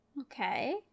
Okay